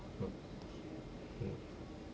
mm